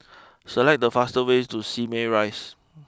select the fastest way to Simei Rise